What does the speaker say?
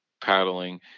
paddling